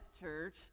church